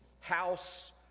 House